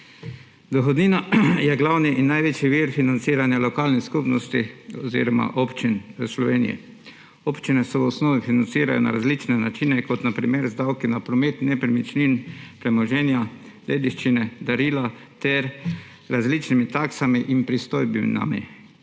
Dohodnina je glavni in največji vir financiranja lokalne skupnosti oziroma občin v Sloveniji. Občine se v osnovi financirajo na različne načine, kot na primer z davki na promet nepremičnin, premoženja, dediščine, darila ter z različnimi taksami in pristojbinami.